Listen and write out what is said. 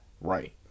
right